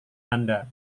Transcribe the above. anda